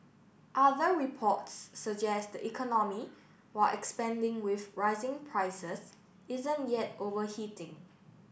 other reports suggest the economy while expanding with rising prices isn't yet overheating